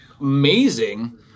amazing